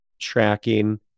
tracking